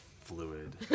Fluid